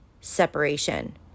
separation